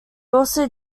also